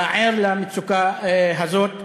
אתה ער למצוקה הזאת.